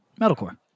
Metalcore